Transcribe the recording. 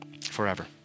forever